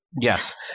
yes